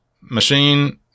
machine